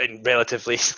relatively